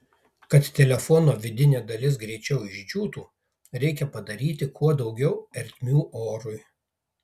kad telefono vidinė dalis greičiau išdžiūtų reikia padaryti kuo daugiau ertmių orui